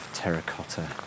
Terracotta